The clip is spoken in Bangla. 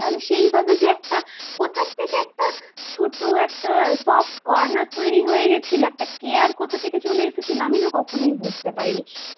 তাহলে সেইভাবে যে একটা কোথার থেকে একটা ছোটো একটা সফট কর্নার তৈরি হয়ে গিয়েছিলো একটা কেয়ার কোথা থেকে চলে এসেছিলো আমি না কখনোই বুঝতে পারি নি